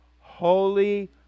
Holy